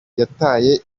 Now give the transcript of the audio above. yataye